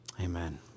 Amen